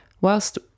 whilst